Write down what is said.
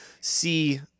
see